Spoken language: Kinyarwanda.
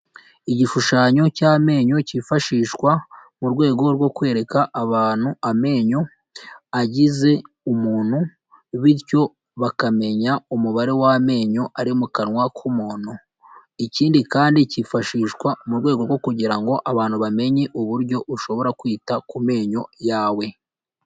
Igishushanyo cy'amenyo cyifashishwa mu rwego rwo kwereka abantu amenyo agize umuntu bityo bakamenya umubare w'amenyo ari mu kanwa k'umuntu, ikindi kandi kifashishwa mu rwego rwo kugira ngo abantu bamenye uburyo ushobora kwita ku menyo yawe.